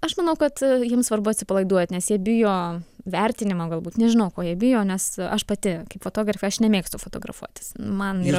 aš manau kad jiems svarbu atsipalaiduot nes jie bijo vertinimo galbūt nežinau ko jie bijo nes aš pati kaip fotografė aš nemėgstu fotografuotis man yra